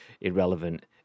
irrelevant